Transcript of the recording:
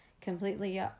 completely